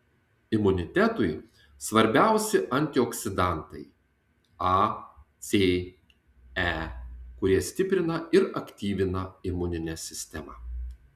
imunitetui svarbiausi antioksidantai a c e kurie stiprina ir aktyvina imuninę sistemą